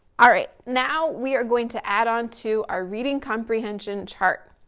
all right, now we are going to add on to, our reading comprehension chart.